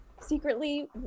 secretly